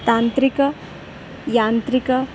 तान्त्रिक यान्त्रिक